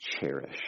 Cherish